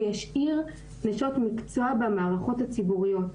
וישאיר נשות מקצוע במערכות הציבוריות.